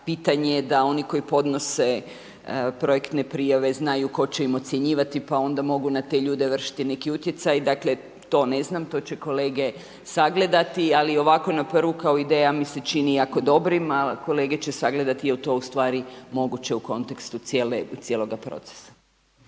pitanje, da oni koji podnose projektne prijave, znaju tko će im ocjenjivati, pa onda mogu na te ljude vršiti neki utjecaj. Dakle, to ne znam, to će kolege sagledati, ali ovako na prvu, kao ideja mi se čini jako dobrim, ali kolege će sagledati, je li to ustvari moguće u kontekstu cijeloga procesa.